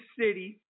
City